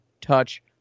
touch